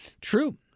True